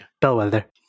Bellwether